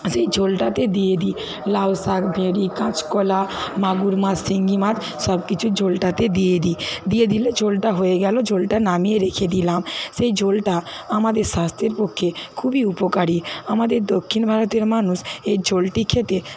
সেই ঝোলটাতে দিয়ে দিই লাউ শাক গেঁড়ি কাঁচকলা মাগুর মাছ শিঙ্গি মাছ সব কিছু ঝোলটাতে দিয়ে দিই দিয়ে দিলে ঝোলটা হয়ে গেল ঝোলটা নামিয়ে রেখে দিলাম সেই ঝোলটা আমাদের স্বাস্থ্যের পক্ষে খুবই উপকারী আমাদের দক্ষিণ ভারতের মানুষ এর ঝোলটি খেতে